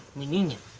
museum